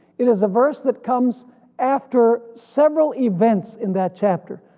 it is a verse that comes after several events in that chapter.